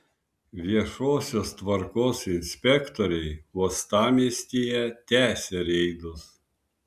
viešosios tvarkos inspektoriai uostamiestyje tęsia reidus